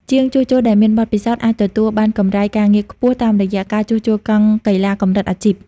ជាងជួសជុលដែលមានបទពិសោធន៍អាចទទួលបានកម្រៃការងារខ្ពស់តាមរយៈការជួសជុលកង់កីឡាកម្រិតអាជីព។